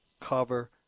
cover